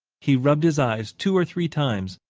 he rubbed his eyes two or three times,